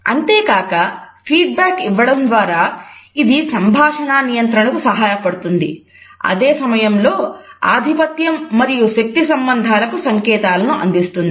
అంతేకాక feedback ఇవ్వడం ద్వారా ఇది సంభాషణ నియంత్రణకు సహాయపడుతుంది అదే సమయంలో ఆధిపత్యం మరియు శక్తి సంబంధాలకు సంకేతాలను అందిస్తుంది